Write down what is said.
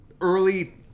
early